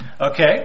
Okay